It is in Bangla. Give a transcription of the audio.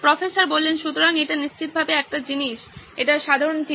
প্রফেসর সুতরাং এটি নিশ্চিতভাবে একটি জিনিস এটি সাধারণ জিনিস